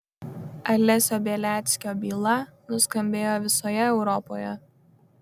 alesio beliackio byla nuskambėjo visoje europoje